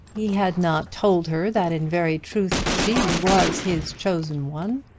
he had not told her that in very truth she was his chosen one.